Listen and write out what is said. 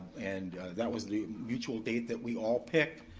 and that was the mutual date that we all picked.